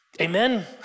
Amen